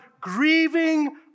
grieving